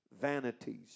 vanities